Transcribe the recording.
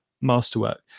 masterwork